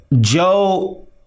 Joe